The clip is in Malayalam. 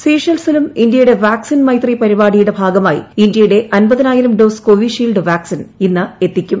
സീഷെൽസിലും ഇന്ത്യയുടെ വാക്സിൻ മൈത്രി പരിപാടിയുടെ ഭാഗമായി അമ്പതിനായിരം ഡോസ് കോവിഷീൽഡ് വാക്സിൻ ഇന്ന് എത്തിക്കും